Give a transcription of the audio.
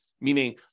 meaning